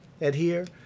adhere